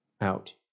out